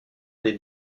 des